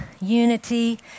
unity